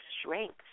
strength